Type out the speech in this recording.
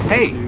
Hey